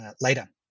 later